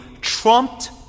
trumped